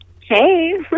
Hey